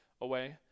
away